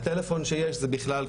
אגב,